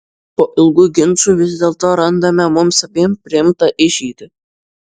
po ilgų ginčų vis dėlto randame mums abiem priimtiną išeitį